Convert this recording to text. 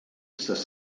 ses